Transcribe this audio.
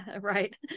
Right